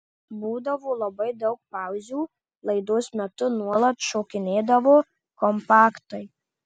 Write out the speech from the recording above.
būdavo labai daug pauzių laidos metu nuolat šokinėdavo kompaktai